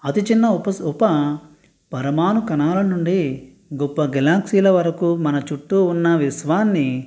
అతిచిన్న ఉప ఉప పరమాణు కణాలనుండి గొప్ప గెలాక్సీల వరకు మన చుట్టూ ఉన్న విశ్వాన్ని